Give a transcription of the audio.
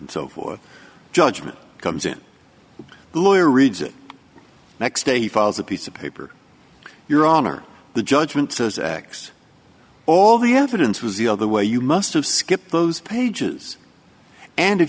and so forth judgment comes in the lawyer reads it next day he files a piece of paper your honor the judgment says x all the evidence was the other way you must have skipped those pages and if